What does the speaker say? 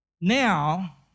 Now